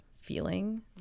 feeling